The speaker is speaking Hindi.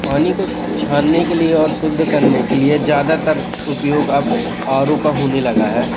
पानी को छानने के लिए और शुद्ध करने के लिए ज़्यादातर उपयोग अब आर ओ का होने लगा है